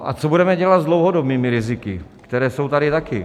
A co budeme dělat s dlouhodobými riziky, která jsou tady taky?